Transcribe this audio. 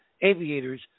aviators